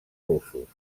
russos